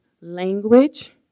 language